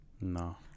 No